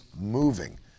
moving